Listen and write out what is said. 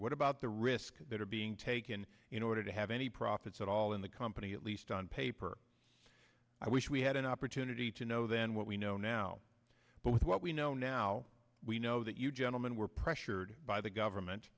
what about the risks that are being taken in order to have any profits at all in the company at least on paper i wish we had an opportunity to know then what we know now but with what we know now we know that you gentlemen were pressured by the government